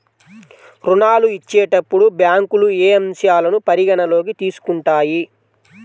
ఋణాలు ఇచ్చేటప్పుడు బ్యాంకులు ఏ అంశాలను పరిగణలోకి తీసుకుంటాయి?